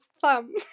thumb